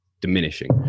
diminishing